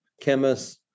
chemists